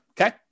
Okay